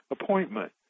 appointment